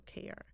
care